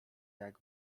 jak